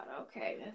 Okay